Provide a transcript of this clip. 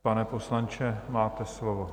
Pane poslanče, máte slovo.